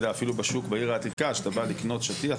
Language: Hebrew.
אפילו בשוק בעיר העתיקה כשאתה בא לקנות שטיח,